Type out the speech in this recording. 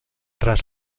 tras